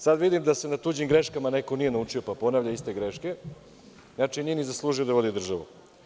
Sad vidim da se na tuđim greškama neko nije naučio, pa ponavlja iste greške, znači nije ni zaslužio da vodi državu.